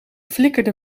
flikkerde